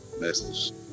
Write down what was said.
message